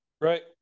right